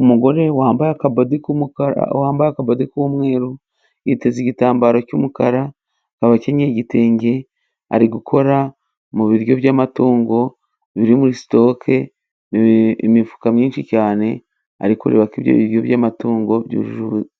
Umugore wambaye akabodi k'umukara wambaye akabodi k'umweru, yiteze igitambaro cy'umukara abakinyeye igitenge, ari gukora mu biryo by'amatungo biri muri sitoke imifuka myinshi cyane ari kurebako ibyo biryo by'amatungo